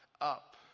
Up